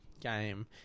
game